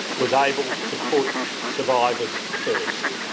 was able to put survivors first.